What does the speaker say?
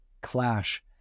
clash